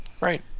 Right